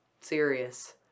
serious